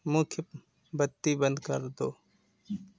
मुख्य बत्ती बंद कर दो